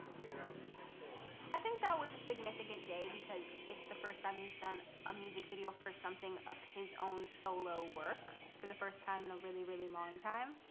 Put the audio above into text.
get on think that was a significant day because it's the first time he's done a music video for something of his own solo work for the first time in a really, really long time.